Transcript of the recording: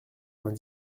vingt